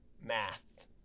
math